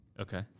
Okay